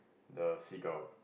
the seagull